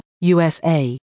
USA